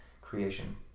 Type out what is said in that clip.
creation